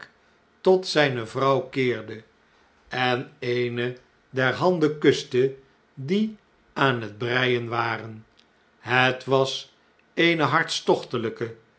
tot zn'ne vrouw keerde en eene der handen kuste die aan het breien waren het was eene